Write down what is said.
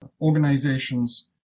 organizations